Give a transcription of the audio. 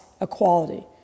equality